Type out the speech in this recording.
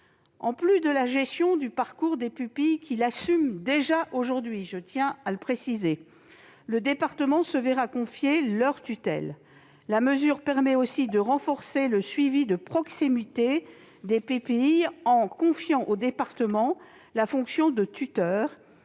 En plus de la gestion du parcours des pupilles qu'il assume déjà aujourd'hui- je tiens à le préciser -, le département se verra confier leur tutelle. La mesure permet ainsi de renforcer le suivi de proximité des pupilles, en confiant au département la fonction de tuteur.